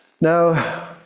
Now